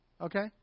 okay